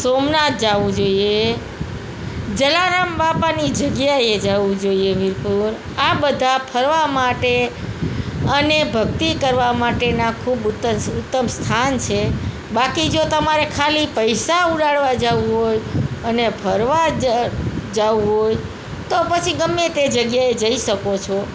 સોમનાથ જવું જોઈએ જલારામ બાપાની જગ્યાએ જવું જોઈએ વિરપુર આ બધા ફરવા માટે અને ભક્તિ કરવા માટેના ખૂબ ઉત્ત ઉત્તમ સ્થાન છે બાકી જો તમારે ખાલી પૈસા ઉડાડવા જવું હોય અને ફરવા જ જવું હોય તો પછી ગમે તે જગ્યાએ જઈ શકો છો